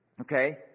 Okay